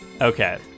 Okay